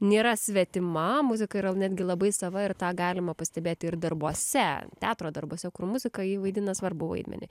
nėra svetima muzika yra netgi labai sava ir tą galima pastebėti ir darbuose teatro darbuose muzika ji vaidina svarbų vaidmenį